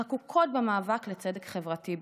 חקוקות במאבק לצדק חברתי בישראל,